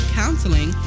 counseling